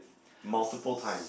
multiple times